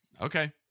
Okay